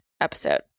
episode